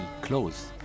close